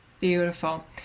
Beautiful